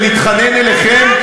ונתחנן אליכם,